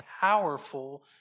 powerful